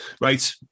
Right